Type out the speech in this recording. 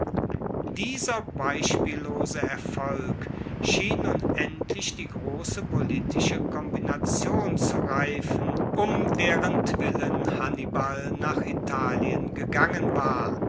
dieser beispiellose erfolg schien nun endlich die grosse politische kombination zu reifen um derentwillen hannibal nach italien gegangen war